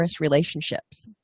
relationships